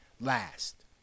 last